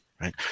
Right